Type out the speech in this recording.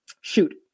Shoot